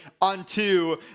unto